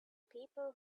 people